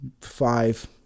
five